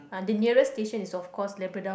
the nearest station is of course Labrador